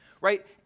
right